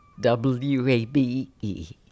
WABE